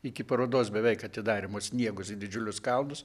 iki parodos beveik atidarymo sniegus į didžiulius kalnus